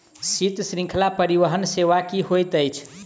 शीत श्रृंखला परिवहन सेवा की होइत अछि?